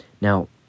Now